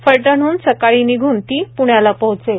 फलटण होऊन सकाळी निघून ती प्ण्याला पोहोचेल